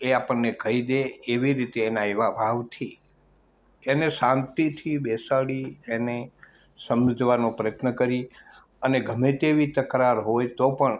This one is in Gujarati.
એ આપણને કહીં દે એવી રીતે એના એવા ભાવથી એને શાંતિથી બેસાડી એને સમજવાનો પ્રયત્ન કરીએ અને ગમે તેવી તકરાર હોય તો પણ